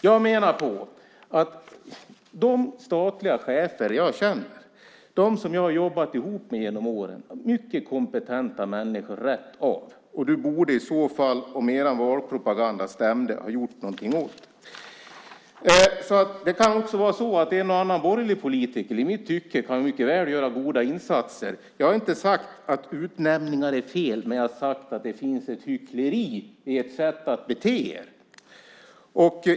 Jag menar att de statliga chefer som jag känner och som jag har jobbat ihop med genom åren är mycket kompetenta människor. Om er valpropaganda stämde borde du ha gjort någonting åt detta. Det kan också vara så att en och annan borgerlig politiker mycket väl kan göra i mitt tycke goda insatser. Jag har inte sagt att utnämningar är fel, men jag har sagt att det finns ett hyckleri i ert sätt att bete er.